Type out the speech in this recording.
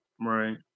right